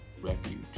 Refuge